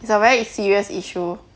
it's a very serious issue